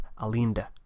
Alinda